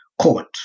Court